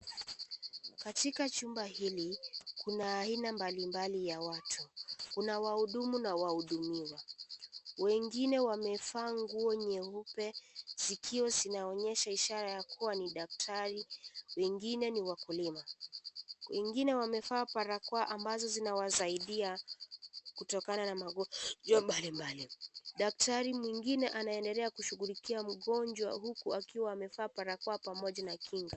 Katika chumba hili kuna aina mbalimbali ya watu kuna wahudumu na wahudumiwa wengine wamevaa nguo nyeupe sikio zinaonyesha ishara ya kuwa ni daktari wengine ni wakulima, wengine wamevaa barakoa ambazo zinawasaidia kutokana na magonjwa mbalimbali daktari mwingine anaendelea kushughulikia mgonjwa huku akiwa amevaa barakoa pamoja na kinga.